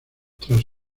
tras